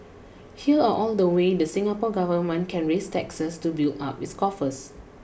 here are all the ways the Singapore government can raise taxes to build up its coffers